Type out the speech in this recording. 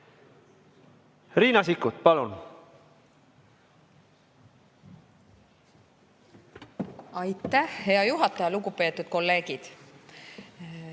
Riina Sikkut, palun! Aitäh, hea juhataja! Lugupeetud kolleegid!